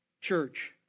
Church